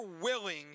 willing